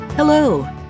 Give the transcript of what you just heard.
Hello